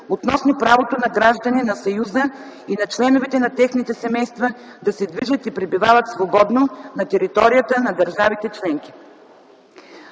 относно правото на граждани на Съюза и на членовете на техните семейства да се движат и пребивават свободно на територията на държавите членки.